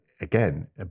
again